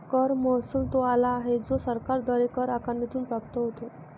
कर महसुल तो आला आहे जो सरकारद्वारे कर आकारणीतून प्राप्त होतो